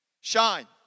Shine